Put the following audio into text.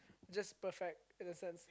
just perfect in a sense